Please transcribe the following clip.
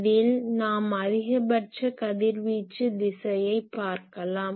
இதில் நாம் அதிகபட்ச கதிர்வீச்சு திசையைப் பார்க்கலாம்